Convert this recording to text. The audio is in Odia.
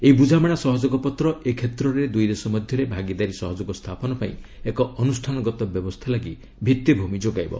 ଏହି ବୁଝାମଣା ସହଯୋଗ ପତ୍ର ଏ କ୍ଷେତ୍ରରେ ଦୁଇ ଦେଶ ମଧ୍ୟରେ ଭାଗିଦାରୀ ସହଯୋଗ ସ୍ଥାପନ ପାଇଁ ଏକ ଅନୁଷ୍ଠାନଗତ ବ୍ୟବସ୍ଥା ଲାଗି ଭିଭିଭୂମି ଯୋଗାଇବ